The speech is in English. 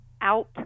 out